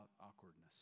awkwardness